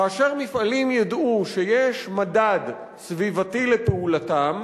כאשר מפעלים ידעו שיש מדד סביבתי לפעולתם,